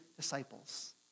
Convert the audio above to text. disciples